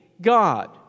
God